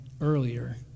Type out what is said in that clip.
earlier